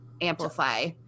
amplify